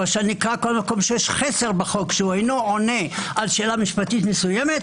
כל מקום שיש חסר בחוק שאינו עונה על שאלה משפטית מסוימת,